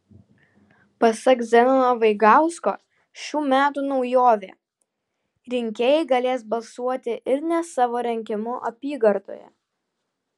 pasak zenono vaigausko šių metų naujovė rinkėjai galės balsuoti ir ne savo rinkimų apygardoje